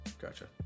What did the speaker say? gotcha